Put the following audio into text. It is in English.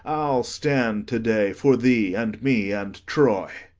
i'll stand to-day for thee and me and troy.